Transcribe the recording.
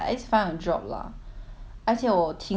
而且我听说之前好像说